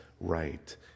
right